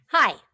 Hi